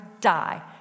die